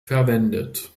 verwendet